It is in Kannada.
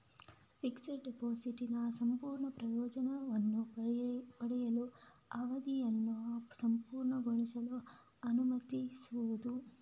ಫಿಕ್ಸೆಡ್ ಡೆಪಾಸಿಟಿನ ಸಂಪೂರ್ಣ ಪ್ರಯೋಜನವನ್ನು ಪಡೆಯಲು, ಅವಧಿಯನ್ನು ಪೂರ್ಣಗೊಳಿಸಲು ಅನುಮತಿಸುವುದು